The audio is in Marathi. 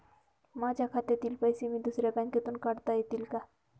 माझ्या खात्यातील पैसे मी दुसऱ्या बँकेतून काढता येतील का?